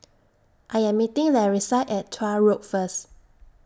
I Am meeting Larissa At Tuah Road First